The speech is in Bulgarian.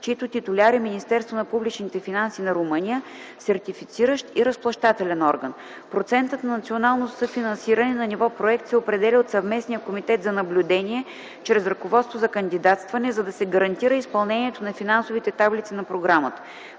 чийто титуляр е Министерство на публичните финанси на Румъния - Сертифициращ и Разплащателен орган. Процентът на национално съфинансиране на ниво проект се определя от Съвместния комитет за наблюдение чрез Ръководство за кандидатстване, за да се гарантира изпълнението на финансовите таблици на програмата.